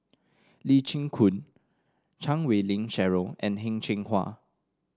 Lee Chin Koon Chan Wei Ling Cheryl and Heng Cheng Hwa